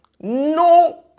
No